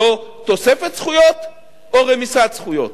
זו תוספת זכויות או רמיסת זכויות?